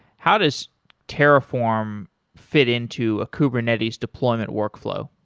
how does terraform fit into a kubernetes deployment workflow?